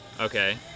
okay